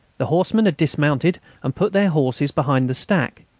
the horsemen had dismounted and put their horses behind the stack.